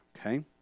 okay